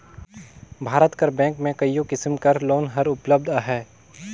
भारत कर बेंक में कइयो किसिम कर लोन हर उपलब्ध अहे